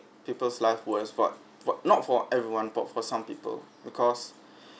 people's life who has fought but not for everyone but for some people because